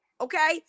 okay